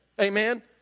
Amen